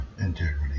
integrity